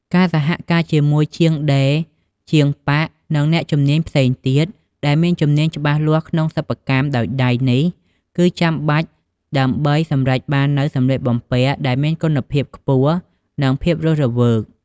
ការសហការជាមួយជាងដេរ ជាងប៉ាក់ និងអ្នកជំនាញផ្សេងទៀត ដែលមានជំនាញច្បាស់លាស់ក្នុងសិប្បកម្មដោយដៃនេះ គឺចាំបាច់ដើម្បីសម្រេចបាននូវសម្លៀកបំពាក់ដែលមានគុណភាពខ្ពស់ និងភាពរស់រវើក ។